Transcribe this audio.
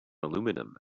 aluminium